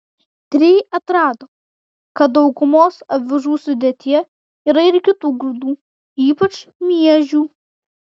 tyrėjai atrado kad daugumos avižų sudėtyje yra ir kitų grūdų ypač miežių